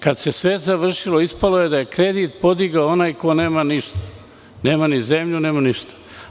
Kada se sve završilo, ispalo je da je kredit podigao onaj ko nema ništa, nema ni zemlju, nema ništa.